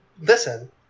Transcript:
Listen